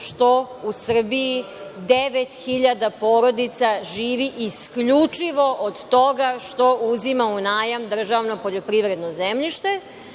što u Srbiji 9.000 porodica živi isključivo od toga što uzima u najam državno poljoprivredno zemljište,